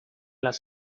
las